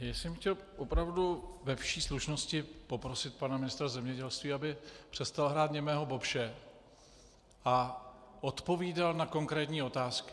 Já jsem chtěl opravdu ve vší slušnosti poprosit pana ministra zemědělství, aby přestal hrát němého Bobše a odpovídal na konkrétní otázky.